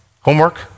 Homework